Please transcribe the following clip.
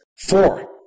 four